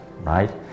right